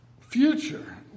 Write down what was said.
future